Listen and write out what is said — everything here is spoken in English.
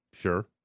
Sure